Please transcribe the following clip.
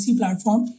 platform